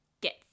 get